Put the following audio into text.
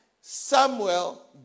Samuel